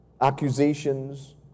accusations